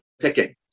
picking